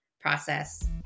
process